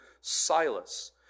Silas